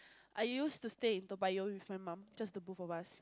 I used to stay in Toa-Payoh with my mum just the both of us